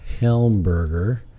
Helmberger